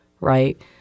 Right